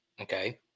okay